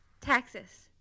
Texas